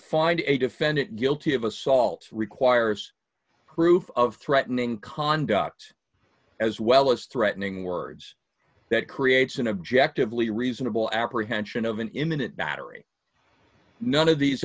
find a defendant guilty of assault requires proof of threatening conduct as well as threatening words that creates an objective lead a reasonable apprehension of an imminent nattering none of these